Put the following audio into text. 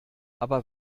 aber